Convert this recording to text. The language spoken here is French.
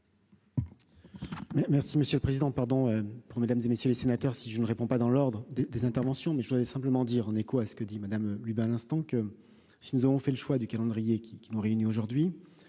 Merci monsieur le président, pardon pour mesdames et messieurs les sénateurs, si je ne répond pas dans l'ordre des des interventions mais je voudrais simplement dire, en écho à ce que dit Madame lui ben à l'instant que si nous avons fait le choix du calendrier qui qui ont réuni aujourd'hui,